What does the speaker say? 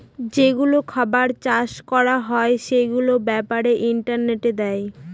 যেগুলো খাবার চাষ করা হয় সেগুলোর ব্যাপারে ইন্টারনেটে দেয়